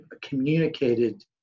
communicated